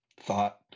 thought